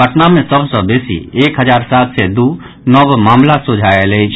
पटना मे सभ सँ बेसी एक हजार सात सय दू नव मामिला सोझा आयल अछि